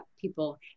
people